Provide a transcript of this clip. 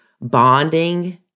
bonding